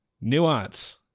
nuance